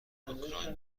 اوکراین